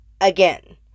Again